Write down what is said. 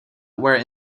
were